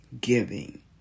giving